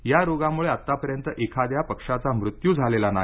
या रोगामुळे आतापर्यंत एखाद्या पक्ष्याचा मृत्यू झालेला नाही